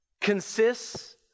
consists